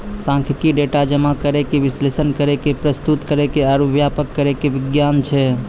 सांख्यिकी, डेटा जमा करै के, विश्लेषण करै के, प्रस्तुत करै के आरु व्याख्या करै के विज्ञान छै